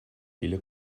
viele